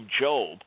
Job